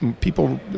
people